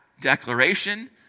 declaration